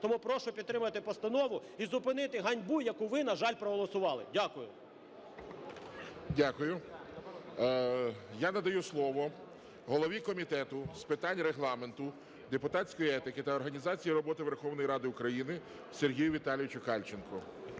Тому прошу підтримати постанову і зупинити ганьбу, яку ви, на жаль, проголосували. Дякую. ГОЛОВУЮЧИЙ. Дякую. Я надаю слово голові Комітету з питань Регламенту, депутатської етики та організації роботи Верховної Ради України Сергію Віталійовичу Кальченку.